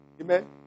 Amen